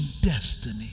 destiny